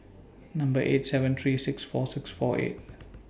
Number eight seven three six four six four eight